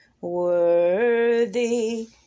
worthy